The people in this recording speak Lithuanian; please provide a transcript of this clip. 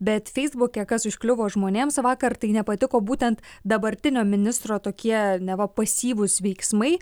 bet feisbuke kas užkliuvo žmonėms vakar tai nepatiko būtent dabartinio ministro tokie neva pasyvūs veiksmai